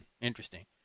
Interesting